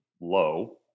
low